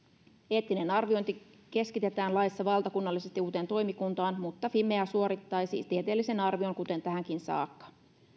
eettinen arviointi keskitetään laissa valtakunnallisesti uuteen toimikuntaan mutta fimea suorittaisi tieteellisen arvion kuten tähänkin saakka